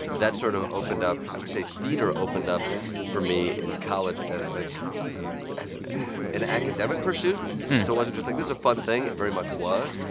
that sort of opened up i would say, theater opened up for me in college as, like as an academic pursuit. so it wasn't just like, this is a fun thing. it very much was.